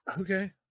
Okay